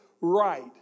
right